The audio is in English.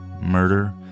murder